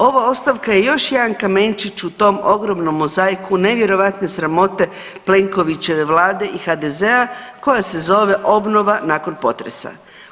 Ova ostavka je još jedan kamenčić u tom ogromnom mozaiku nevjerojatne sramote Plenkovićeve vlade i HDZ-a koja se zove obnova nakon potresa.